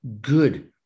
good